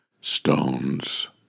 stones